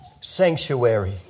sanctuary